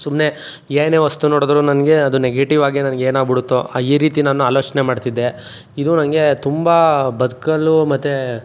ಸುಮ್ಮನೆ ಏನೇ ವಸ್ತು ನೋಡಿದರೂ ನನಗೆ ಅದು ನೆಗೆಟಿವಾಗೇ ನನಗೆ ಏನಾಗಿ ಬಿಡುತ್ತೋ ಈ ರೀತಿ ನಾನು ಆಲೋಚನೆ ಮಾಡ್ತಿದ್ದೆ ಇದು ನನಗೆ ತುಂಬ ಬದುಕಲು ಮತ್ತೆ